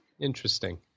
Interesting